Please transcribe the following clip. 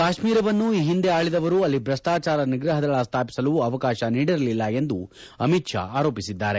ಕಾಶ್ಮೀರವನ್ನು ಈ ಹಿಂದೆ ಆಳಿದವರು ಅಲ್ಲಿ ಭ್ರಷ್ಟಾಚಾರ ನಿಗ್ರಹ ದಳ ಸ್ವಾಪಿಸಲು ಅವಕಾಶ ನೀಡಿರಲಿಲ್ಲ ಎಂದು ಅಮಿತ್ ಶಾ ಆರೋಪಿಸಿದ್ದಾರೆ